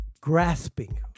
grasping